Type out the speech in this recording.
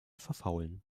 verfaulen